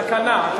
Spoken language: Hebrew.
התקנה.